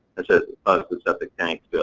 it said septic tank